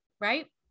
right